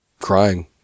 crying